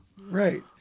Right